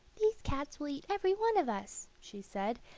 these cats will eat every one of us, she said,